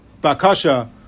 bakasha